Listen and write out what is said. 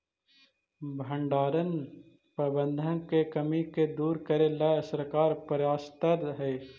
भण्डारण प्रबंधन के कमी के दूर करे लगी सरकार प्रयासतर हइ